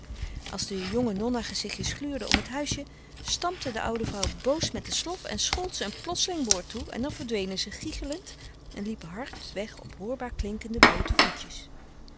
als de jonge nonna gezichtjes gluurden om het huisje stampte de oude vrouw boos met de slof en schold ze een plotseling woord toe en dan verdwenen ze gichelend en liepen hard weg op hoorbaar klinkende bloote voetjes